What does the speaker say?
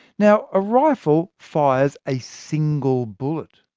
now a rifle fires a single bullet,